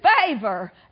favor